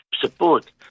support